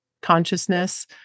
consciousness